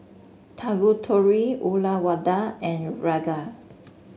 Tanguturi Uyyalawada and Ranga